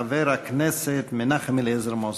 חבר הכנסת מנחם אליעזר מוזס.